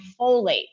folate